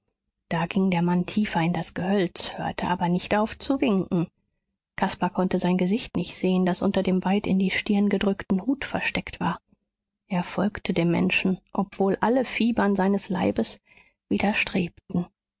da ging der mann tiefer in das gehölz hörte aber nicht auf zu winken caspar konnte sein gesicht nicht sehen das unter dem weit in die stirn gedrückten hut versteckt war er folgte dem menschen obwohl alle fibern seines leibes widerstrebten